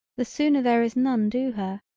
the sooner there is none do her,